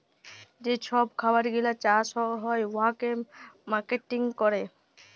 যে ছব খাবার গিলা চাষ হ্যয় উয়াকে মার্কেটিং ক্যরে